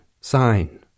sign